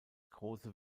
große